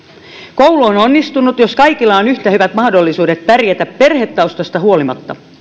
koulu on onnistunut jos kaikilla on yhtä hyvät mahdollisuudet pärjätä perhetaustasta huolimatta